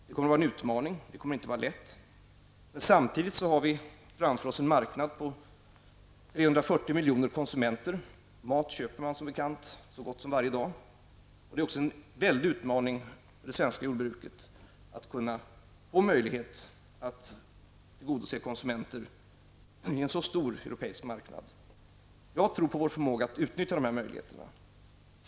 Det kommer att bli en utmaning. Det kommer inte att bli lätt. Samtidigt har vi framför oss en marknad på 340 miljoner konsumenter. Mat köper man som bekant så gott som varje dag. Det är också en väldig utmaning för det svenska jordbruket att få möjlighet att tillgodose konsumenternas krav på en så stor europeisk marknad. Jag tror på vår förmåga att utnyttja dessa möjligheter.